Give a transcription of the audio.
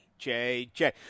JJ